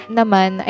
naman